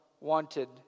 wanted